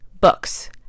Books